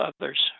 others